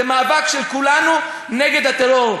זה מאבק של כולנו נגד הטרור.